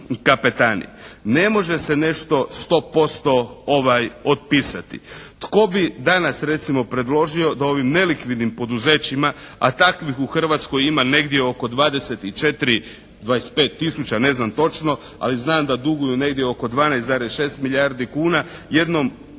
kapetani. Ne može se nešto sto posto otpisati. Tko bi danas recimo predložio da ovim nelikvidnim poduzećima, a takvih u Hrvatskoj ima negdje oko 24, 25 000 ne znam točno. Ali znam da duguju negdje oko 12,6 milijardi kuna jednim